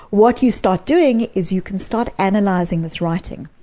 what you start doing is, you can start analyzing this writing,